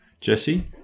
Jesse